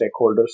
stakeholders